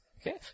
Okay